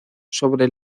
sobre